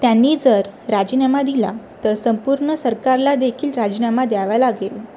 त्यांनी जर राजीनामा दिला तर संपूर्ण सरकारला देखील राजीनामा द्यावा लागेल